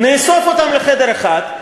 נאסוף אותם לחדר אחד,